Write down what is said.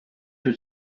was